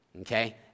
Okay